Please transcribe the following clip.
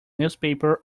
newspaper